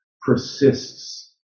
persists